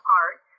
art